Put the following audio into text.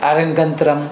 arangetram